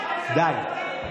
די.